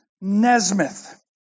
Nesmith